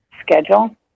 schedule